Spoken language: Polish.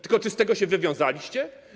Tylko czy z tego się wywiązaliście?